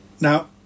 Now